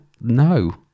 no